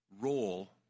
role